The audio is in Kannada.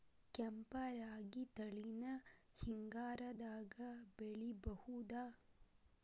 ಕೆಂಪ ರಾಗಿ ತಳಿನ ಹಿಂಗಾರದಾಗ ಬೆಳಿಬಹುದ?